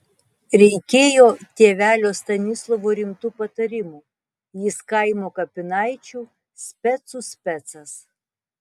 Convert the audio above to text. reikėjo tėvelio stanislovo rimtų patarimų jis kaimo kapinaičių specų specas